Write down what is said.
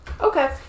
Okay